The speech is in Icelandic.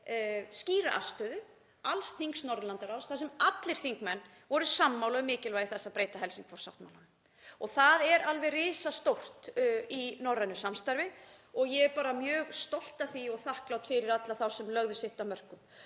skýra afstöðu alls þings Norðurlandaráðs, þar sem allir þingmenn voru sammála um mikilvægi þess að breyta Helsingfors-sáttmálanum. Það er alveg risastórt í norrænu samstarfi og ég er mjög stolt af því og þakklát fyrir alla þá sem lögðu sitt af mörkum.